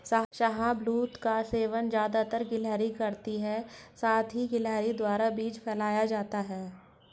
शाहबलूत का सेवन ज़्यादातर गिलहरी करती है साथ ही गिलहरी द्वारा बीज फैलाया जाता है